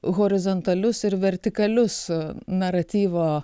horizontalius ir vertikalius naratyvo